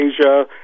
Asia